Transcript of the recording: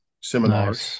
seminars